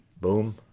Boom